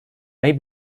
may